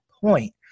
point